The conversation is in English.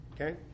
Okay